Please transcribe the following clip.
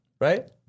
right